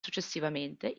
successivamente